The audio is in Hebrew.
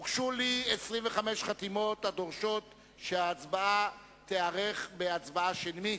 הוגשו לי 25 חתימות הדורשות שההצבעה תיערך בהצבעה שמית,